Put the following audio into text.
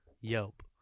Yelp